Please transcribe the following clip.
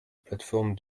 plateforme